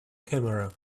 camera